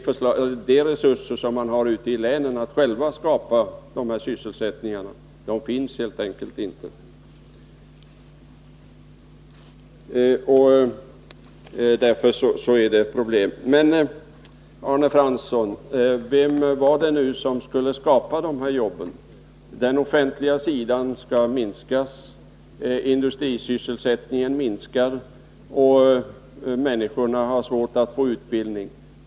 Några resurser ute i länen för att de själva skall kunna skapa sysselsättning finns helt enkelt inte, och därför är det problem. Men, Arne Fransson, vem var det som skulle skapa de här jobben? På den offentliga sidan skall det ske en minskning, industrisysselsättningen minskar, och människorna har svårt att få utbildning.